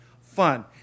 fun